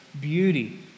beauty